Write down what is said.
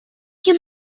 you